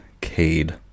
Cade